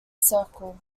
circle